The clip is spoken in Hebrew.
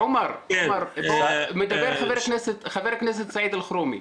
עומר, מדבר חבר הכנסת סעיד אלחרומי.